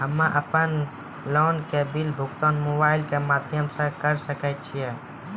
हम्मे अपन लोन के बिल भुगतान मोबाइल के माध्यम से करऽ सके छी?